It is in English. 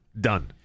Done